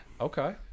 Okay